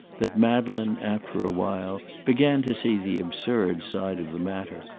that madeleine, after a while, began to see the absurd side of the matter,